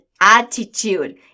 attitude